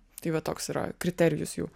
tai va toks yra kriterijus jų